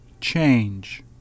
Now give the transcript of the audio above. change